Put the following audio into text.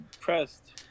pressed